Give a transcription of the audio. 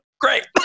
great